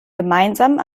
gemeinsam